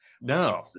No